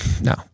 no